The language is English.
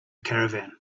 caravan